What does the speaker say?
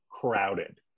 crowded